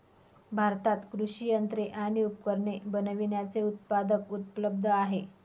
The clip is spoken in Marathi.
भारतात कृषि यंत्रे आणि उपकरणे बनविण्याचे उत्पादक उपलब्ध आहे